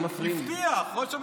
הבטיח ראש הממשלה.